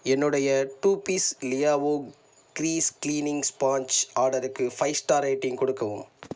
என்னுடைய two piece Liao grease cleaning sponge ஆர்டருக்கு five star rating கொடுக்கவும்